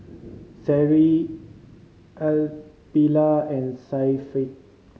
Seri Aqilah and Syafiq